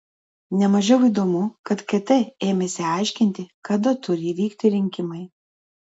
ne mažiau įdomu kad kt ėmėsi aiškinti kada turi įvykti rinkimai